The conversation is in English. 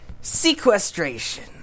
Sequestration